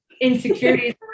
insecurities